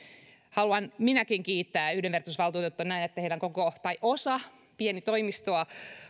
haluan kiittää yhdenvertaisuusvaltuutettua näen että koko toimisto tai osa pientä toimistoa